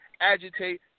agitate